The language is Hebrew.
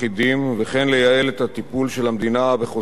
וכן לייעל את הטיפול של המדינה בחוזים אחידים.